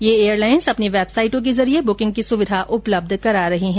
ये एयरलाइन्स अपनी वेबसाइटों के जरिए बुकिंग की सुविधा उपलब्ध करा रही हैं